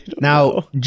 now